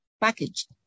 packaged